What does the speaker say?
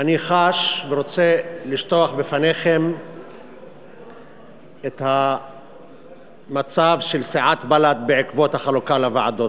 אני חש ורוצה לשטוח בפניכם את המצב של סיעת בל"ד בעקבות החלוקה לוועדות.